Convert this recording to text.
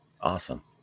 Awesome